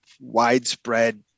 widespread